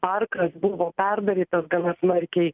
parkas buvo perdarytas gana smarkiai